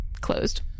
closed